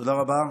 תודה רבה.